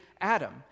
Adam